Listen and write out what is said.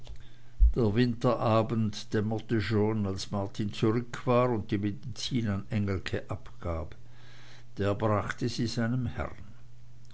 der winterabend dämmerte schon als martin zurück war und die medizin an engelke abgab der brachte sie seinem herrn